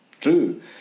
true